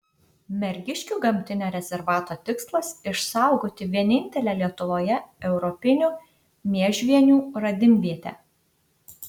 mergiškių gamtinio rezervato tikslas išsaugoti vienintelę lietuvoje europinių miežvienių radimvietę